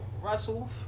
russell